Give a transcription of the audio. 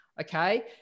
okay